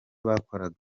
bakoraga